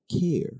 care